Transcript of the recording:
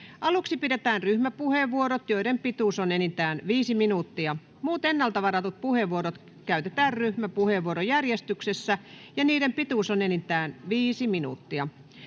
Aluksi pidetään ryhmäpuheenvuorot, joiden pituus on enintään viisi minuuttia. Muut ennakolta varatut puheenvuorot käytetään ryhmäpuheenvuorojärjestyksessä, ja niiden pituus on enintään viisi minuuttia.